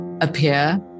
appear